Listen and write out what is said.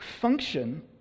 function